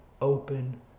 open